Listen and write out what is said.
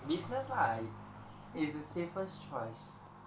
business lah like it's the safest choice